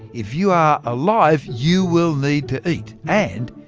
if you are alive you will need to eat and,